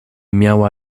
miała